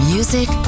Music